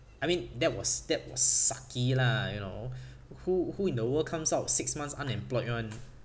I mean that was that was sucky lah you know who who in the world comes out six months unemployed [one]